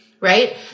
right